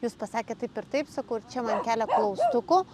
jūs pasakėt taip ir taip sakau ir čia man kelia klaustukų